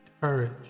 courage